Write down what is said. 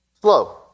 Slow